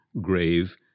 grave